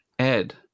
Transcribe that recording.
ed